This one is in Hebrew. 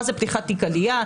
מה זה פתיחת תיק עלייה,